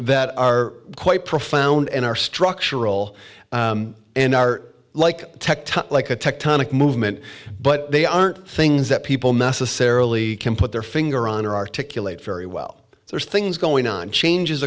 that are quite profound and are structural and are like like a tectonic movement but they aren't things that people necessarily can put their finger on or articulate very well there are things going on changes